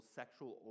sexual